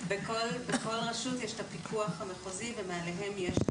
בכל רשות יש הפיקוח המחוזי ומעליהם יש המטה.